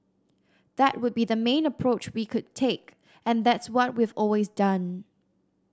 that would be the main approach we would take and that's what we've always done